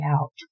out